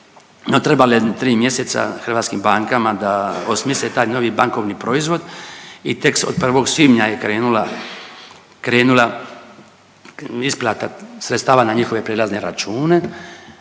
trebalo je jedno tri mjeseca hrvatskim bankama da osmisle taj novi bankovni proizvod. I tek od 1. svibnja je krenula isplata sredstava na njihove prijelazne račune,